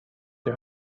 the